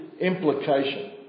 implication